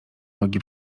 nogi